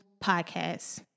Podcast